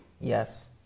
Yes